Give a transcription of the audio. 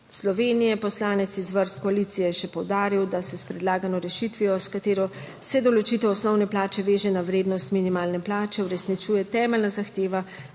Slovenije. Poslanec iz vrst koalicije je še poudaril, da se s predlagano rešitvijo, s katero se določitev osnovne plače veže na vrednost minimalne plače, uresničuje temeljna zahteva